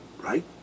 right